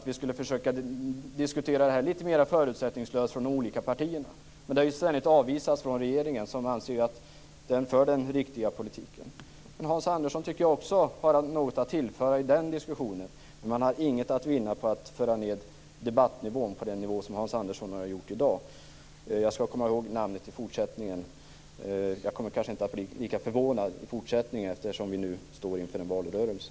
Vi behöver diskutera dessa saker litet mera förutsättningslöst från de olika partiernas sida, men detta har ständigt avvisats av regeringen som anser sig föra den riktiga politiken. Hans Andersson tycker jag också har något att tillföra i den diskussionen. Man har dock inget att vinna på att föra debatten på den nivå som Hans Andersson i dag har fört ned den på. I fortsättningen skall jag komma ihåg namnet - men jag kanske inte blir lika förvånad. Nu står vi ju inför en valrörelse.